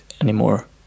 anymore